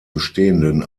bestehenden